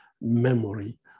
memory